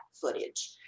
footage